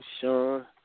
Sean